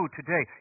today